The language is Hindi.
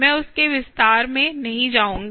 मैं उस के विस्तार में नहीं जाऊँगी